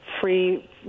free